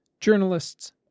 journalists